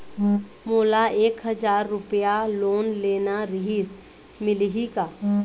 मोला एक हजार रुपया लोन लेना रीहिस, मिलही का?